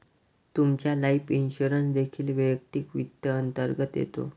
तुमचा life insurance देखील वैयक्तिक वित्त अंतर्गत येतो